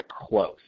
close